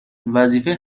وظیفه